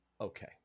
Okay